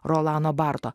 rolano barto